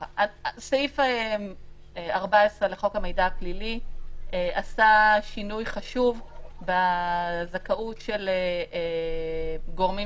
סעיף 14 לחוק המידע הפלילי עשה שינוי חשוב בזכאות של גורמים